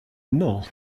non